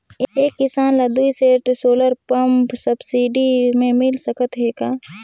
एक किसान ल दुई सेट सोलर पम्प सब्सिडी मे मिल सकत हे का?